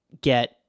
get